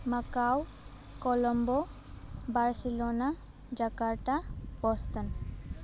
Macau कलम्ब' बारसिल'ना जाखारटा पस्टान